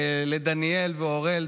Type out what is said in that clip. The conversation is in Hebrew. דניאל ואוראל,